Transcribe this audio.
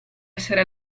essere